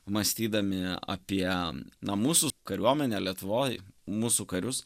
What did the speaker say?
mąstydami apie na mūsų kariuomenę lietuvoj mūsų karius